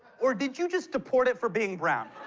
or did you just deport it for being brown?